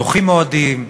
דוחים מועדים,